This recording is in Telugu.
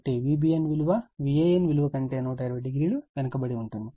కాబట్టి Vbn విలువ Van విలువ కంటే 120o వెనుకబడి ఉంటుంది